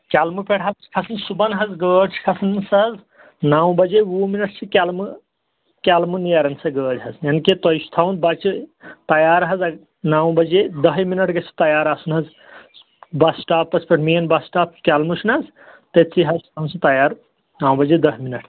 کیلمہٕ پیٚٹھ حظ چھُ کھسان صبُحن حظ گٲڑۍ چھِ کھسان سۅ حظ نو بَجے وُہ مِنٛٹ چھِ کیلَمہٕ کیلمہٕ نیران سۄ گٲڑۍ حظ یانے کہِ تۄہہِ چھُو تھاوُن بَچہٕ تَیار حظ اتہِ نو بَجے دَاہَے مِنٛٹ گٔژھِتھ تَیار آسُن حظ بَس سِٹاپَس پیٚٹھ مین بَس سِٹاپ کیلمہٕ چھُناہ حظ تٔتھۍتھٕے حظ تھاوُن سُہ تَیار نو بَجے داہ مِنٛٹ